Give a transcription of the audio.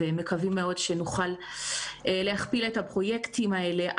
ומקווים מאוד שנוכל להכפיל את הפרויקטים האלה.